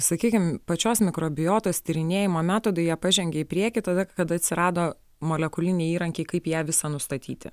sakykim pačios mikrobiotos tyrinėjimo metodai jie pažengė į priekį tada kada atsirado molekuliniai įrankiai kaip ją visą nustatyti